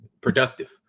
productive